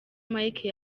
mike